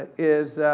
is,